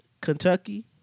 Kentucky